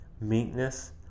meekness